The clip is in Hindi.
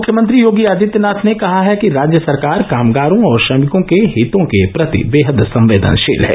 मुख्यमंत्री योगी आदित्यनाथ ने कहा है कि राज्य सरकार कामगारों और श्रमिकों के हितों के प्रति वेहद संवेदनशील है